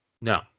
No